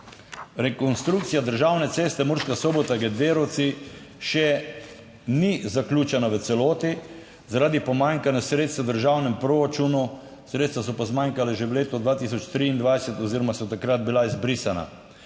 Rekonstrukcija državne ceste Murska Sobota-Gederovci še ni zaključena v celoti zaradi pomanjkanja sredstev v državnem proračunu, sredstva so pa zmanjkala že v letu 2023 oziroma so takrat bila izbrisana.